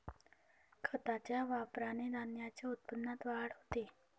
खताच्या वापराने धान्याच्या उत्पन्नात वाढ होते